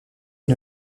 est